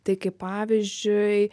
tai kaip pavyzdžiui